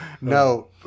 no